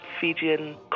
Fijian